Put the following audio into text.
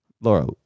Laura